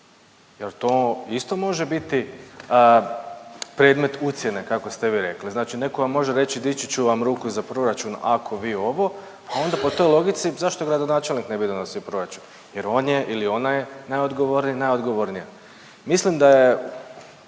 Je l' to isto može biti predmet ucjene, kako ste vi rekli, znači netko vam može reći dići ću vam ruku za proračun ako vi ovo, a onda po toj logici, zašto gradonačelnik ne bi donosio proračun jer on je, ili ona je, najodgovorniji/najodgovornija. Mislim daje